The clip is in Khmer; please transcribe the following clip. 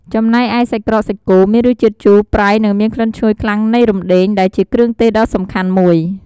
ចំណែកឯ សាច់ក្រកសាច់គោ មានរសជាតិជូរ ប្រៃ និងមានក្លិនឈ្ងុយខ្លាំងនៃរំដេង ដែលជាគ្រឿងទេសដ៏សំខាន់មួយ។